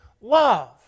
love